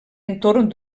entorn